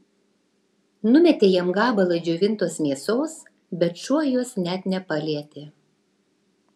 numetė jam gabalą džiovintos mėsos bet šuo jos net nepalietė